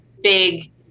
big